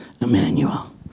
Emmanuel